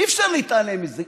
אי-אפשר להתעלם מזה.